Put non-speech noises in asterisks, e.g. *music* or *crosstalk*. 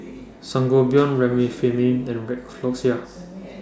Sangobion Remifemin and *unintelligible* Floxia